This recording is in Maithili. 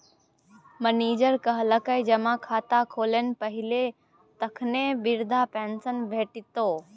मनिजर कहलकै जमा खाता खोल पहिने तखने बिरधा पेंशन भेटितौ